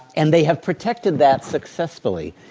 and they have protected that successfully.